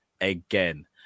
again